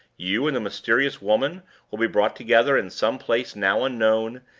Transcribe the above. you and the mysterious woman will be brought together in some place now unknown,